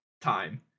time